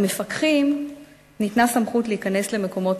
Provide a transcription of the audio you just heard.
למפקחים ניתנה סמכות להיכנס למקומות